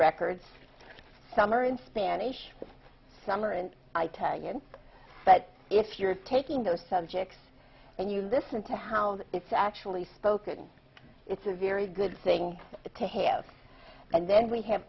records some are in spanish some are and i tell you but if you're taking those subjects and you listen to how it's actually spoken it's a very good thing to hear and then we have